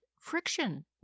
friction